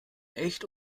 echt